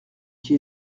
qui